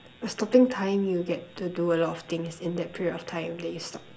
stopping time you get to do a lot of things in that period of time that you stop